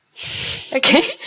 okay